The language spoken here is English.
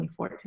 2014